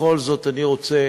בכל זאת אני רוצה